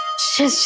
she